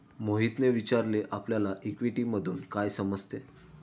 मोहितने विचारले आपल्याला इक्विटीतून काय समजते?